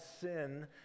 sin